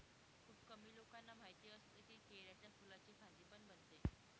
खुप कमी लोकांना माहिती असतं की, केळ्याच्या फुलाची भाजी पण बनते